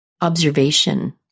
observation